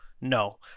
No